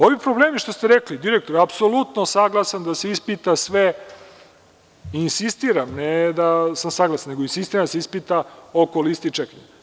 Ovi problemi, što ste rekli, direktor je apsolutno saglasan da se ispita sve i insistira, ne da sam saglasan, nego insistiram da se ispita oko liste čekanja.